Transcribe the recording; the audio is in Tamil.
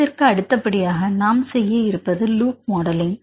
இதற்கு அடுத்தபடியாகநாம் செய்ய இருப்பது லூப் மாடலிங்